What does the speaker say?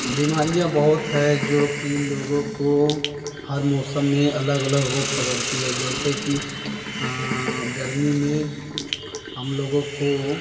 बीमारियां बहीत है जो कि लोगों को हर मौसम में अलग अलग रोग पकड़ती है जैसे कि गर्मी में हम लोगों को